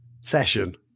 session